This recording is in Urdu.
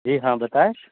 جی ہاں بتائیں